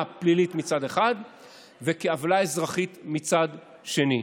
פלילית מצד אחד וכעוולה אזרחית מצד אחר.